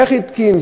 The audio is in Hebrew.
איך התקין?